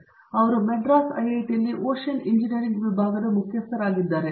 ಇವರು ಮದ್ರಾಸ್ ಐಐಟಿಯಲ್ಲಿ ocean engineering ವಿಭಾಗದ ಮುಖ್ಯಸ್ಥರಾಗಿದ್ದಾರೆ